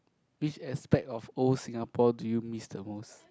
which aspect of old Singapore do you miss the most